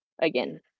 again